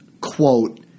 quote